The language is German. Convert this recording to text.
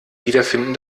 wiederfinden